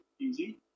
easy